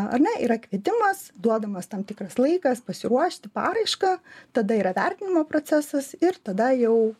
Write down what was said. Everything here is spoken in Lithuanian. ar ne yra kvietimas duodamas tam tikras laikas pasiruošti paraišką tada yra vertinimo procesas ir tada jau